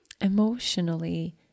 Emotionally